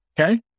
Okay